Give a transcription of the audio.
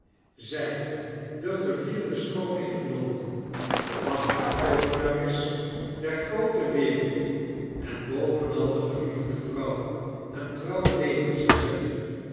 zg de gevierde schoone in l on den de machtige toovenares der groote wereld en bovenal de geliefde vrouw en